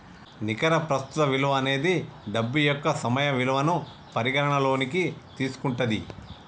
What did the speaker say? నికర ప్రస్తుత విలువ అనేది డబ్బు యొక్క సమయ విలువను పరిగణనలోకి తీసుకుంటది